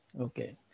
Okay